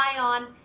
on